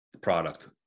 product